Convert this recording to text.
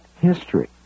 history